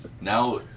now